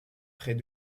près